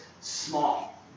small